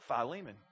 Philemon